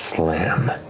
slam